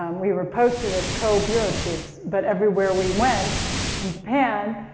um we were posted as co-bureau chiefs but everywhere we went in japan,